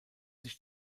sich